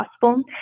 possible